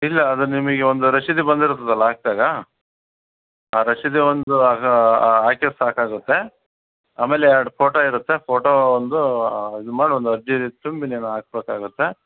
ಇಲ್ಲ ಅದು ನಿಮಗ್ ಒಂದು ರಶೀದಿ ಬಂದಿರ್ತದಲ್ಲ ಹಾಕ್ದಾಗ ಆ ರಶೀದಿ ಒಂದು ಆಗ ಹಾಕಿರೆ ಸಾಕಾಗುತ್ತೆ ಆಮೇಲೆ ಎರಡು ಫೋಟೋ ಇರುತ್ತೆ ಫೋಟೋ ಒಂದು ಇದು ಮಾಡಿ ಒಂದು ಅರ್ಜಿ ತುಂಬಿ ನೀವು ಹಾಕ್ಬೇಕಾಗುತ್ತೆ